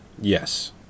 Yes